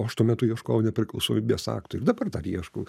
o aš tuo metu ieškojau nepriklausomybės akto ir dabar dar ieškau